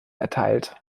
erteilt